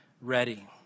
ready